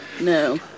no